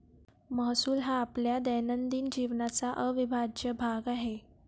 महसूल हा आपल्या दैनंदिन जीवनाचा अविभाज्य भाग आहे